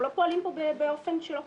אנחנו לא פועלים פה באופן שלא קיים בתקנון.